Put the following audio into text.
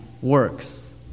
works